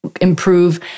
improve